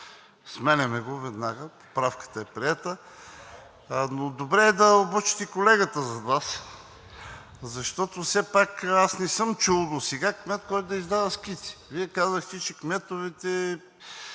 сменяме го веднага, поправката е приета. Добре е да обучите колегата зад Вас, защото все пак аз не съм чул досега кмет, който издава скици. Вие казахте, че кметовете